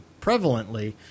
prevalently